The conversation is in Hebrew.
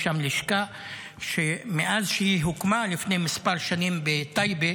יש שם לשכה שמאז שהיא הוקמה לפני כמה שנים בטייבה,